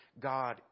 God